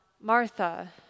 Martha